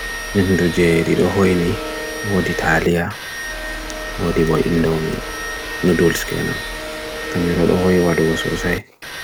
nye mnduje di do hoi ni, wo di Thalia, wo di Boindomi, nudul ske na, kanye roi hoi wadu wo sosai.